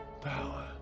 power